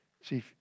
See